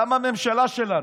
גם לממשלה שלנו.